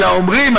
אלא אומרים,